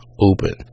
open